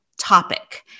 topic